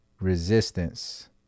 resistance